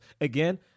Again